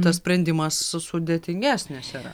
tas sprendimas su sudėtingesnis yra